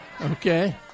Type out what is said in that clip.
Okay